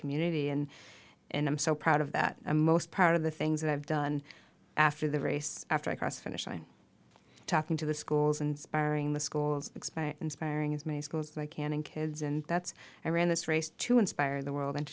community and and i'm so proud of that and most part of the things that i've done after the race after i cross the finish line talking to the schools and sparring the schools inspiring as many schools i can and kids and that's i ran this race to inspire the world and